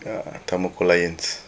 uh tamoko lions